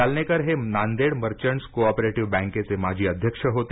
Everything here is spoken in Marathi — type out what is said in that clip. जालनेकर हे नांदेड मंर्चट्स् को ओपरेटीव्ह बँकेचे माजी अध्यक्ष होते